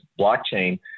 blockchain